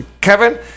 Kevin